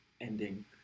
ending